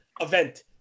event